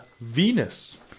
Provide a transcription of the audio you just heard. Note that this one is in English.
Venus